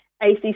ACC